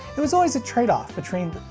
it was always a trade-off betreen.